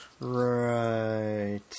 Right